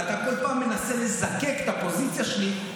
ואתה כל פעם מנסה לזקק את הפוזיציה שלי,